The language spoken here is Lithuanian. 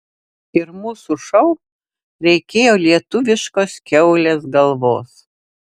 ir mūsų šou reikėjo lietuviškos kiaulės galvos